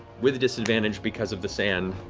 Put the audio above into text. with disadvantage because of the sand,